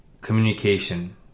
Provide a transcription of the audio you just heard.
communication